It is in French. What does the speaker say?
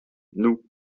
nous